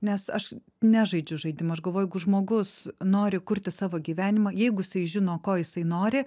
nes aš nežaidžiu žaidimų aš galvoju jeigu žmogus nori kurti savo gyvenimą jeigu jisai žino ko jisai nori